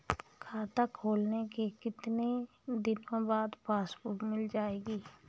खाता खोलने के कितनी दिनो बाद पासबुक मिल जाएगी?